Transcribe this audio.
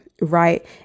Right